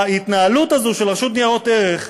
ההתנהלות הזאת של רשות ניירות ערך,